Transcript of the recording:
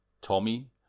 Tommy